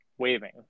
waving